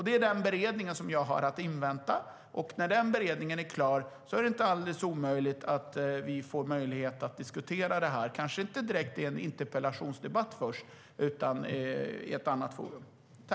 Det är den beredningen som jag har att invänta, och när den beredningen är klar är det inte alldeles omöjligt att vi får möjlighet att diskutera det här - kanske inte direkt i en interpellationsdebatt men i ett annat forum.